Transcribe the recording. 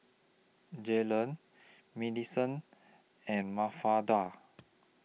Jaylen Maddison and Mafalda